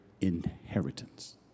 inheritance